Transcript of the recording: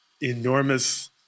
enormous